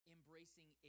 Embracing